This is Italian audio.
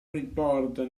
riporta